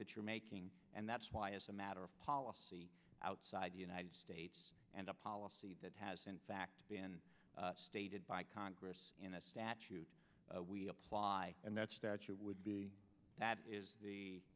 that you're making and that's why as a matter of policy outside the united states and a policy that has in fact been stated by congress in the statute we apply and that statute would be that is the